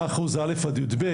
אם זה 8% מ-א' עד י"ב,